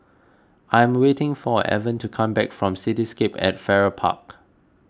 I am waiting for Evan to come back from Cityscape at Farrer Park